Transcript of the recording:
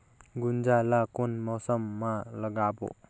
गुनजा ला कोन मौसम मा लगाबो?